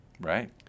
Right